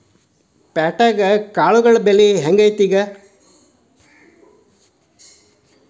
ಪ್ಯಾಟ್ಯಾಗ್ ಕಾಳುಗಳ ಬೆಲೆ ಹೆಂಗ್ ಐತಿ?